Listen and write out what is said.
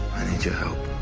i need your help